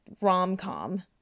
rom-com